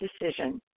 decision